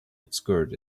obscured